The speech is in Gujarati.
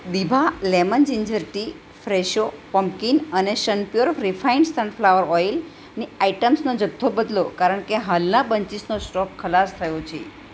દીભા lemon ginger tea Fresho pumpkin અને શનપ્યોર રીફાઈન્ડ સનફલાવર ઓઈલ ની આઇટમ્સનો જથ્થો બદલો કારણકે હાલના બંચીસનો સ્ટોક ખલાસ થયો છે